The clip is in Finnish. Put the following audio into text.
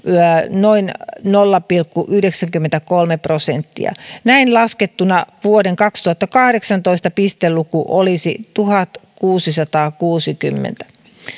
noin nolla pilkku yhdeksänkymmentäkolme prosenttia näin laskettuna vuoden kaksituhattakahdeksantoista pisteluku olisi tuhatkuusisataakuusikymmentä